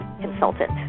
consultant